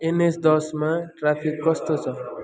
NH दसमा traffic कस्तो छ